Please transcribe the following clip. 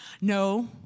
No